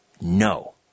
no